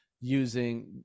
using